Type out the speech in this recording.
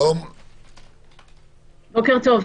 בוקר טוב.